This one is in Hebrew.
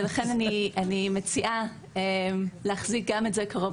ולכן אני מציעה להחזיק גם את זה קרוב